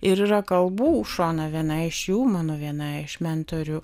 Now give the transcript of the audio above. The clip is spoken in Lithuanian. ir yra kalbų šona viena iš jų mano viena iš mentorių